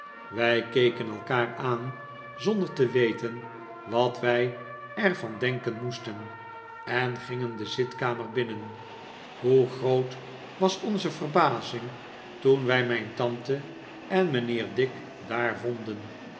wij keken elkaar aan zonder te weten wat wij er van denken moesten en gingen de zitkamer binnen hoe groot was onze verbazing toen wij mijn tante en mijnheer dick daar vonden